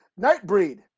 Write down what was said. Nightbreed